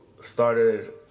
started